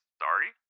sorry